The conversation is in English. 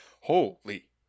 Holy